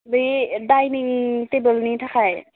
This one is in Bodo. बे डाइनिं टेबोलनि थाखाय